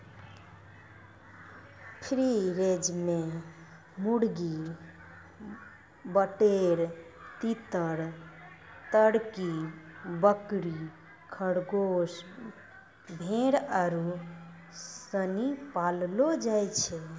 free range मे मुर्गी, बटेर, तीतर, तरकी, बकरी, खरगोस, भेड़ आरु सनी पाललो जाय छै